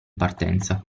partenza